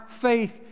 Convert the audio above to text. faith